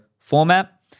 format